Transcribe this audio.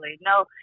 no